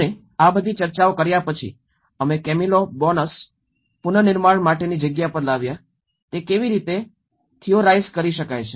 અને આ બધી ચર્ચાઓ કર્યા પછી અમે કેમિલો બોનોસ પુનર્નિર્માણ માટેની જગ્યા પર લાવ્યા તે કેવી રીતે થિયોરાઇઝ કરી શકાય છે